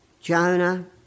Jonah